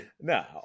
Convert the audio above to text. No